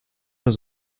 mehr